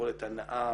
ויכולת הנעה